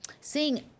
seeing